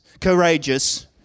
courageous